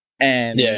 and-